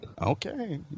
Okay